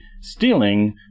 stealing